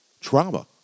trauma